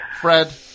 Fred